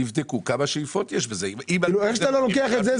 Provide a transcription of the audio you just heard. תבדקו כמה שאיפות יש בזה אם אתה לא לוקח את זה,